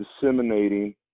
disseminating